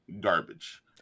garbage